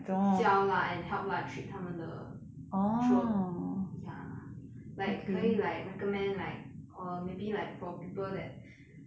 教 lah and help lah treat 他们的 throat ya like 可以 like recommend like err maybe for people that